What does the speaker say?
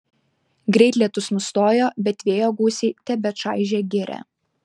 greit lietus nustojo bet vėjo gūsiai tebečaižė girią